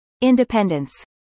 independence